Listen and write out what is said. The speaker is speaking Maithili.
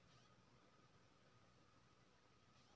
आलू के खेती के तैयारी केना करै छै?